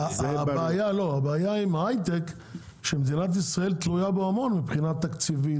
הבעיה עם ההייטק היא שמדינת ישראל תלויה בו מאוד מבחינה תקציבית,